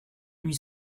lui